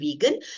vegan